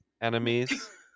enemies